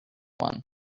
one